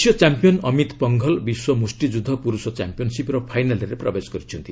ବକୁଂ ଏସୀୟ ଚାମ୍ପିୟନ୍ ଅମିତ୍ ପଙ୍ଘଲ୍ ବିଶ୍ୱ ମୁଷ୍ଟିଯୁଦ୍ଧ ପୁରୁଷ ଚାମ୍ପିୟନ୍ସିପ୍ର ଫାଇନାଲ୍ରେ ପ୍ରବେଶ କରିଛନ୍ତି